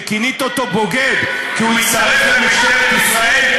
שכינית אותו בוגד כי הוא הצטרף למשטרת ישראל,